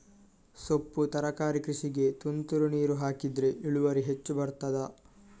ಸೊಪ್ಪು ತರಕಾರಿ ಕೃಷಿಗೆ ತುಂತುರು ನೀರು ಹಾಕಿದ್ರೆ ಇಳುವರಿ ಹೆಚ್ಚು ಬರ್ತದ?